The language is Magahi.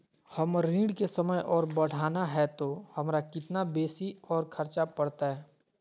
हमर ऋण के समय और बढ़ाना है तो हमरा कितना बेसी और खर्चा बड़तैय?